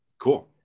Cool